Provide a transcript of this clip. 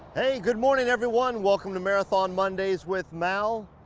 hey, good morning, everyone. welcome to marathon mondays with mal.